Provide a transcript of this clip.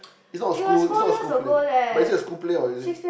is not a school is not a school play but is it a school play or is it